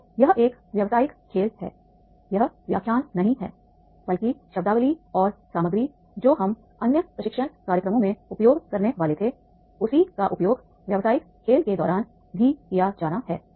तो यह एक व्यवसायिक खेल है यह व्याख्यान नहीं है बल्कि शब्दावली और सामग्री जो हम अन्य प्रशिक्षण कार्यक्रमों में उपयोग करने वाले थे उसी का उपयोग व्यावसायिक खेल के दौरान भी किया जाना है